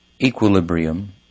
Equilibrium